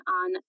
on